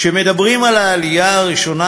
כשמדברים על העלייה הראשונה,